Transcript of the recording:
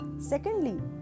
Secondly